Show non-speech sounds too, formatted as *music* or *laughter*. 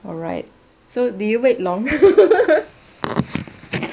alright so did you wait long *laughs*